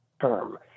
term